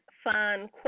Fun